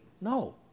No